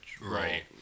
Right